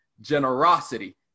generosity